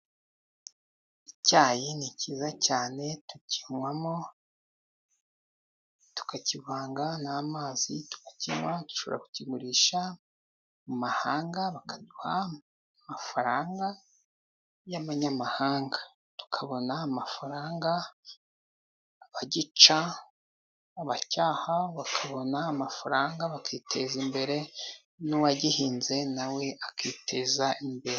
Icyayi ni cyiza cyane tukinywamo tukakivanga n'amazi turakiywa, dushobora kukigurisha mu mahanga bakaduha amafaranga y'amanyamahanga, tukabona amafaranga. Abagica, abacyaha, bakabona amafaranga bakiteza imbere, n'uwagihinze na we akiteza imbere.